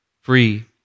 free